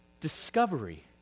Discovery